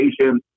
education